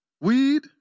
Weed